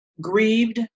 grieved